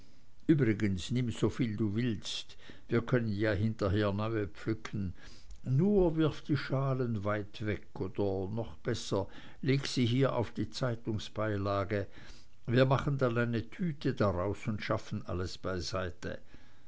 übrigens nimm soviel du willst wir können ja hinterher neue pflücken nur wirf die schalen weit weg oder noch besser lege sie hier auf die zeitungsbeilage wir machen dann eine tüte daraus und schaffen alles beiseite